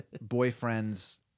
boyfriend's